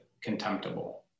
contemptible